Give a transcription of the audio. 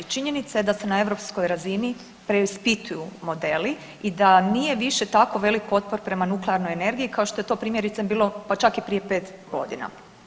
Činjenica je da se na europskoj razini preispituju modeli i da nije više tako velik otpor prema nuklearnoj energiji kao što je to primjerice bilo pa čak i prije 5 godina.